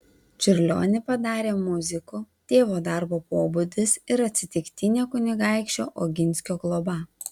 čiurlionį padarė muziku tėvo darbo pobūdis ir atsitiktinė kunigaikščio oginskio globa